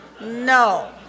No